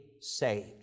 saved